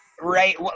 Right